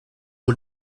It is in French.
eau